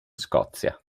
scozia